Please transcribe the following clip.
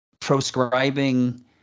proscribing